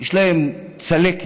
יש להם צלקת,